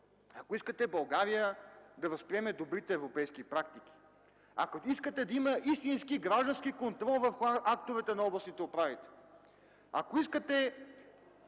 ако искате България да възприеме добрите европейски практики, ако искате да има истински граждански контрол върху актовете на областните управи, ако искате